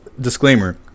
disclaimer